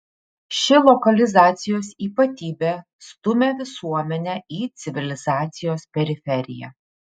ši lokalizacijos ypatybė stumia visuomenę į civilizacijos periferiją